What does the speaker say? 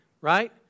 Right